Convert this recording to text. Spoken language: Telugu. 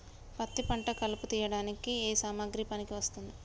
పత్తి పంట కలుపు తీయడానికి ఏ సామాగ్రి పనికి వస్తుంది?